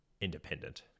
independent